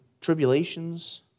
tribulations